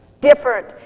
different